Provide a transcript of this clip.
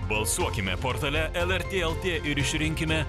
balsuokime portale lrt lt ir išrinkime